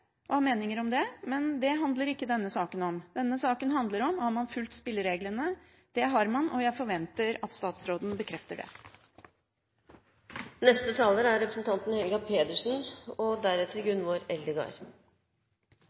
og ha meninger om det, men det handler ikke denne saken om. Denne saken handler om hvorvidt man har fulgt spillereglene. Det har man, og jeg forventer at statsråden bekrefter det. Først vil jeg understreke at jeg stiller meg fullt og